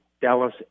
Dallas